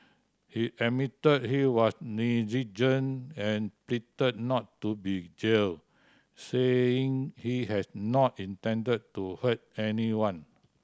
he admitted he was negligent and pleaded not to be jailed saying he has not intended to hurt anyone